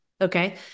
Okay